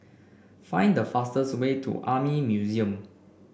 find the fastest way to Army Museum